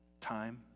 Time